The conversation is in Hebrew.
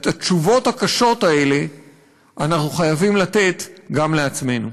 את התשובות הקשות האלה אנחנו חייבים לתת גם לעצמנו.